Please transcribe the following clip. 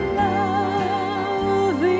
love